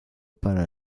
para